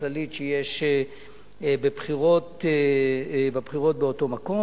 בבחירות לכנסת,